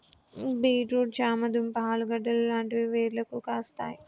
beet root చామ దుంప ఆలుగడ్డలు లాంటివి వేర్లకు కాస్తాయి